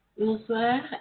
Bonsoir